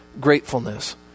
gratefulness